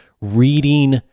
reading